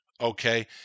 okay